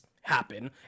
happen